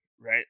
right